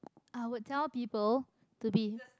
I would tell people to be